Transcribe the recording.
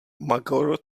magor